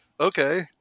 okay